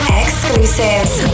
exclusives